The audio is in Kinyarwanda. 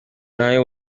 nayo